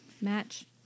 Match